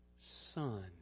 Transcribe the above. son